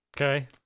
Okay